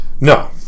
No